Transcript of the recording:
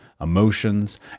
emotions